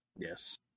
Yes